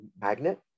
magnet